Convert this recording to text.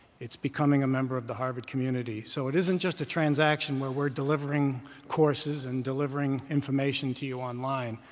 it's becoming a member of the harvard community. so it isn't just a transaction, where we're delivering courses and delivering information to you online.